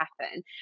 happen